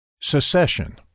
Secession